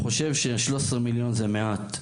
אני חושב ש-13 מיליון זה מעט.